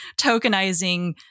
tokenizing